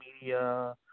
media